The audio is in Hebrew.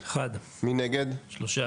מי בעד הסתייגות מספר 38?